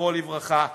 זכרו לברכה,